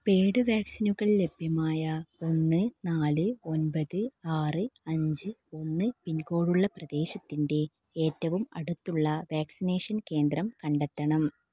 paid വാക്സിനുകൾ ലഭ്യമായ ഒന്ന് നാല് ഒൻപത് ആറ് അഞ്ച് ഒന്ന് പിൻകോഡ് ഉള്ള പ്രദേശത്തിൻ്റെ ഏറ്റവും അടുത്തുള്ള വാക്സിനേഷൻ കേന്ദ്രം കണ്ടെത്തണം